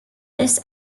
this